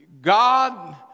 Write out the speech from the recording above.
God